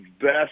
best